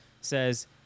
says